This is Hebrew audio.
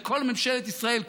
וכל ממשלת ישראל,